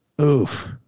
Oof